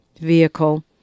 vehicle